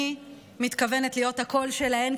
אני מתכוונת להיות הקול שלהן,